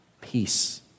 peace